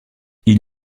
ils